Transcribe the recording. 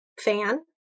fan